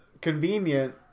convenient